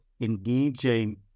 engaging